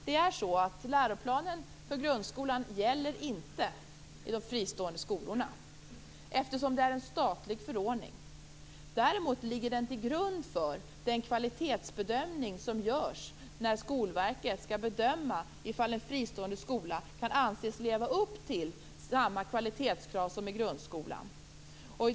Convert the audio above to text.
Det är så att läroplanen för grundskolan inte gäller i de fristående skolorna, eftersom det är en statlig förordning. Däremot ligger den till grund för den kvalitetsbedömning som görs när Skolverket skall bedöma om en fristående skola kan anses leva upp till samma kvalitetskrav som grundskolan.